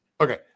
Okay